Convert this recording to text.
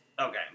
okay